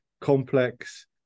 complex